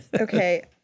Okay